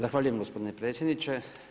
Zahvaljujem gospodine predsjedniče.